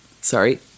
Sorry